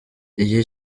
igihe